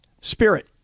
Spirit